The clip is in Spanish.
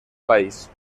país